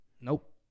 Nope